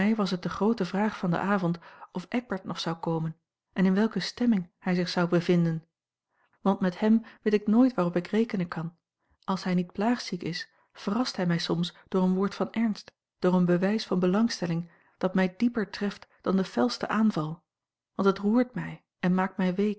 was het de groote vraag van den avond of eckbert nog zou komen en in welke stemming hij zich zou bevinden want met hem weet ik nooit waarop ik rekenen kan als hij niet plaagziek is verrast hij mij soms door een woord van ernst door een bewijs van belangstelling dat mij dieper treft dan de felste aanval want het roert mij en maakt mij